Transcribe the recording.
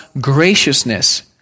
graciousness